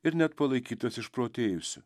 ir net palaikytas išprotėjusiu